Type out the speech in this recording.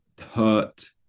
hurt